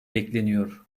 bekleniyor